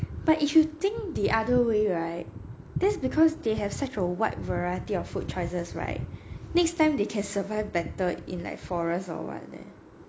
but if you think the other way right thats because they have such a wide variety of food choices right next time they can survive better in like forest or what eh